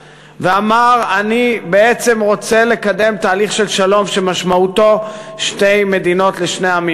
ואמר: אני בעצם רוצה לקדם תהליך של שלום שמשמעותו שתי מדינות לשני עמים.